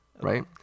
right